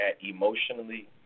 emotionally